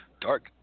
dark